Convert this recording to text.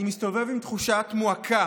אני מסתובב עם תחושת מועקה